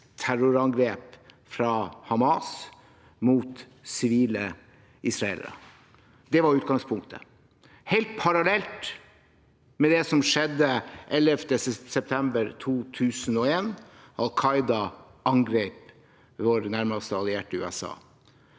terrorangrep fra Hamas mot sivile israelere. Det var utgangspunktet. Det er helt parallelt med det som skjedde 11. september 2001, da Al Qaida angrep vår nærmeste allierte, USA.